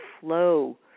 flow